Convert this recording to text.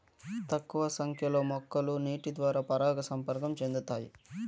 తక్కువ సంఖ్య లో మొక్కలు నీటి ద్వారా పరాగ సంపర్కం చెందుతాయి